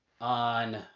on